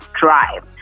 drive